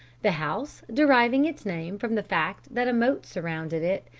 the house, deriving its name from the fact that a moat surrounded it,